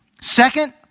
Second